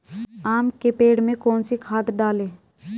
आम के पेड़ में कौन सी खाद डालें?